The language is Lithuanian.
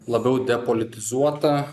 labiau depolitizuota